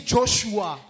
Joshua